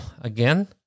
again